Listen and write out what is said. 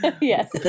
Yes